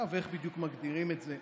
איך בדיוק מגדירים את זה,